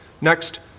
Next